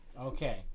Okay